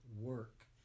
work